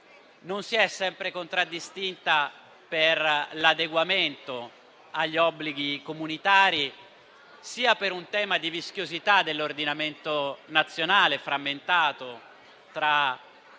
non si è sempre contraddistinta per l'adeguamento agli obblighi comunitari, sia per un tema di vischiosità dell'ordinamento nazionale frammentato tra